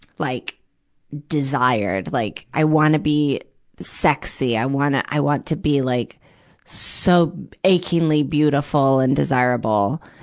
like desired. like i wanna be sexy. i wanna, i want to be like so achingly beautiful and desirable.